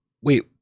wait